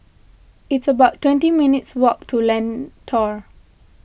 it's about twenty minutes' walk to Lentor